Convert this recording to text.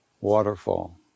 waterfall